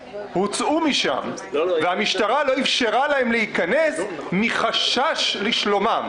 הוצאו משם והמשטרה לא אפשרה להם להיכנס מחשש לשלומם,